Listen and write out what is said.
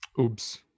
oops